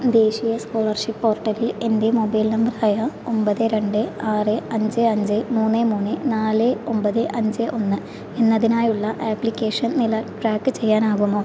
ദേശീയ സ്കോളർഷിപ്പ് പോർട്ടലിൽ എൻ്റെ മൊബൈൽ നമ്പറായ ഒമ്പത് രണ്ട് ആറ് അഞ്ച് ആഞ്ച് മൂന്ന് മൂന്ന് നാല് ഒമ്പത് അഞ്ച് ഒന്ന് എന്നതിനായുള്ള ആപ്ലിക്കേഷൻ നില ട്രാക്ക് ചെയ്യാനാകുമോ